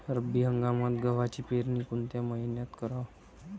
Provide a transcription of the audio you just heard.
रब्बी हंगामात गव्हाची पेरनी कोनत्या मईन्यात कराव?